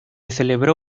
celebró